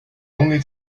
only